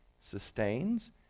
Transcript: sustains